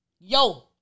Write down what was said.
yo